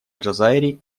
джазайри